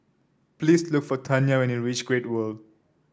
please look for Tanya when you reach Great World